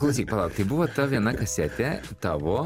klausyk pala tai buvo ta viena kasetė tavo